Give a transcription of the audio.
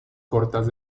cortas